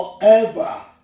forever